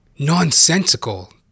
nonsensical